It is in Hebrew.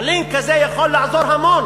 הלינק הזה יכול לעזור המון